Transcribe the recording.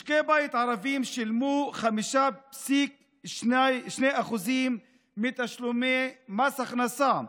משקי הבית הערביים שילמו 5.2% מתשלומי מס הכנסה,